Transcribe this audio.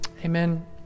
Amen